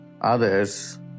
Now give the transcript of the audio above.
others